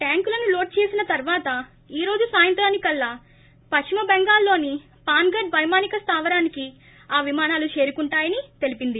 ట్యాంకులను load చేసిన తర్వాత ఈ రోజు సాయంత్రానికల్లా పశ్చిమ బెంగాల్ లోని ఫానగడ్ వైమానిక స్లావరానికి ఆ విమానాలు చేరుకుంటాయని తెలిపింది